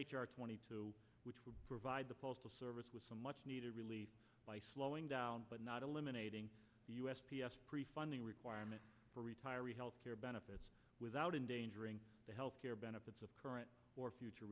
r twenty two which would provide the postal service with some much needed relief by slowing down but not eliminating the u s p s prefunding requirement for retiree health care benefits without endangering the health care benefits of current or future